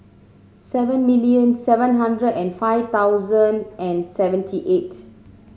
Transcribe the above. seven million seven hundred and five thousand and seventy eight